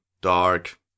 dark